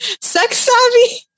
sex-savvy